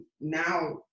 now